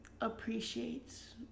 appreciates